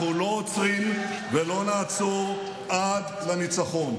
אנחנו לא עוצרים ולא נעצור עד לניצחון,